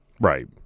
Right